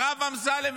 הרב אמסלם,